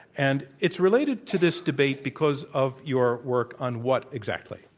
and it's related to this debate because of your work on what exactly?